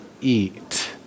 eat